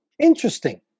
interesting